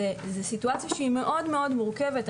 זאת סיטואציה שהיא מאוד מאוד מורכבת.